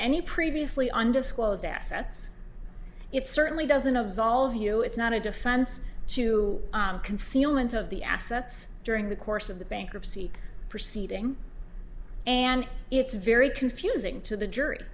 any previously undisclosed assets it certainly doesn't absolve you it's not a defense to concealment of the assets during the course of the bankruptcy proceeding and it's very confusing to the jury